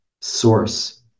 source